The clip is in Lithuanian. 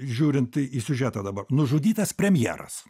žiūrint į siužetą dabar nužudytas premjeras